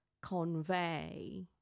convey